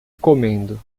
comendo